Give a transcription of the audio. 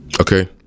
okay